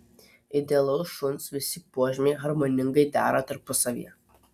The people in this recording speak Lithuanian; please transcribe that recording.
idealaus šuns visi požymiai harmoningai dera tarpusavyje